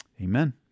Amen